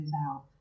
out